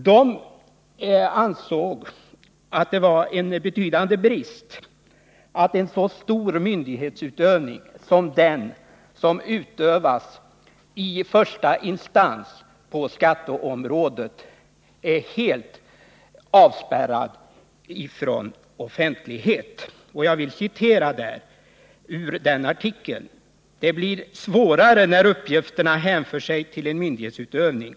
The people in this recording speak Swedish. Dessa personer ansåg att det var en stor brist att en så betydelsefull myndighetsutövning på skatteområdet som den som det är fråga om i första instans helt avspärras från offentlighet. Jag vill citera ur artikeln i fråga: ”Det blir svårare när uppgifterna hänför sig till en myndighetsutövning.